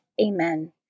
Amen